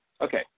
Okay